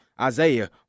Isaiah